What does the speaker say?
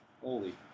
Holy